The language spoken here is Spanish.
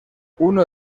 uno